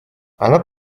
она